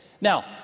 Now